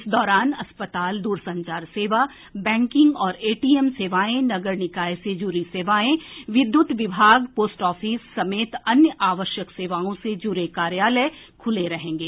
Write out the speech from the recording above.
इस दौरान अस्पताल दूरसंचार सेवा बैंकिंग और एटीएम सेवाएं नगर निकाय से जुड़ी सेवाएं विद्युत विभाग पोस्ट ऑफिस समेत अन्य आवश्यक सेवाओं से जुड़े कार्यालय खुले रहेंगे